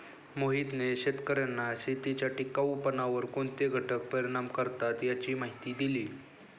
मोहितने शेतकर्यांना शेतीच्या टिकाऊपणावर कोणते घटक परिणाम करतात याची माहिती दिली